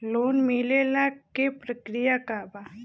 Loan मिलेला के प्रक्रिया का बा?